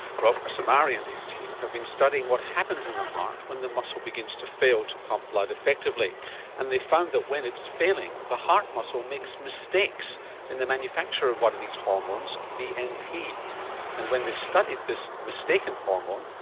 rob simari and his team have been studying what happens in the heart when the muscle begins to fail to pump blood effectively and they've found that when it's failing the heart muscle makes mistakes in the manufacture of one of these hormones bnp. and when they've studied this mistaken hormone,